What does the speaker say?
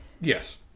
Yes